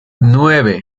nueve